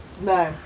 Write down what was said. No